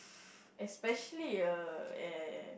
especially err eh